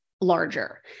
larger